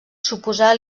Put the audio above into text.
suposà